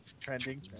Trending